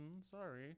sorry